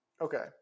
Okay